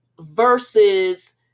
Versus